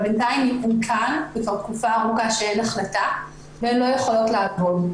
בינתיים תקופה ארוכה שאין החלטה והין לא יכולות לעבוד.